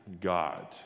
God